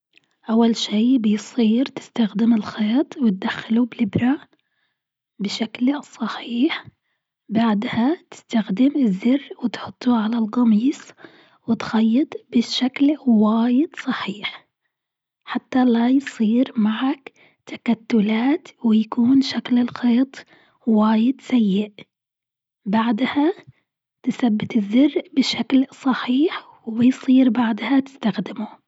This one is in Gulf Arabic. أول شيء بيصير تستخدم الخيط وتدخله بالإبرة بشكل صحيح، بعدها تستخدم الزر وتحطه على القميص وتخيط بشكل واجد صحيح، حتى لا يصير معك تكتلات ويكون شكل الخيط واجد سيء، بعدها تثبت الزر بشكل صحيح ويصير بعدها تستخدمه.